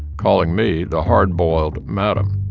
calling me the hard-boiled madam.